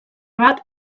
bat